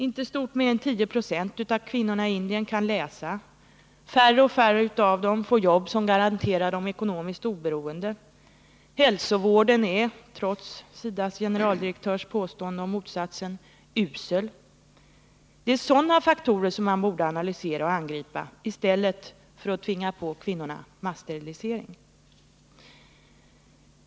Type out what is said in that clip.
Inte stort mer än 10 26 av kvinnorna i Indien kan läsa, färre och färre av dem får jobb som garanterar dem ekonomiskt oberoende, hälsovården är — trots SIDA:s generaldirektörs påstående om motsatsen — usel. Det är sådana faktorer som man borde analysera och angripa i stället för att tvinga på kvinnorna massterilisering.